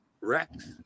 Rex